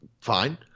fine